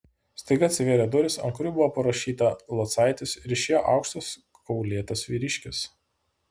staiga atsivėrė durys ant kurių buvo parašyta locaitis ir išėjo aukštas kaulėtas vyriškis